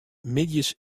middeis